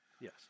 Yes